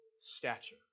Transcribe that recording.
stature